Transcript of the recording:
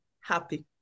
Happy